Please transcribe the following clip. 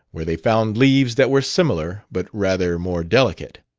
where they found leaves that were similar, but rather more delicate.